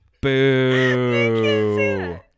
Boo